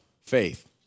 faith